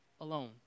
alone